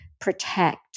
protect